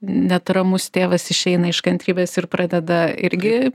net ramus tėvas išeina iš kantrybės ir pradeda irgi